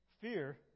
fear